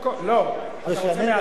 אתה רוצה מהצד?